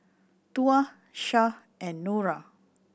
Tuah Syah and Nura